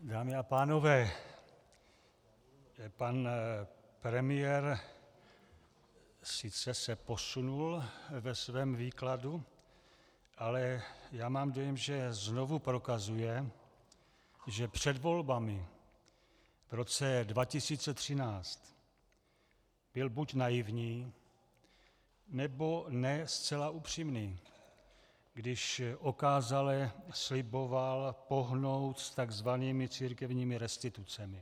Dámy a pánové, pan premiér se sice posunul ve svém výkladu, ale já mám dojem, že znovu prokazuje, že před volbami v roce 2013 byl buď naivní, nebo ne zcela upřímný, když okázale sliboval pohnout s tzv. církevními restitucemi.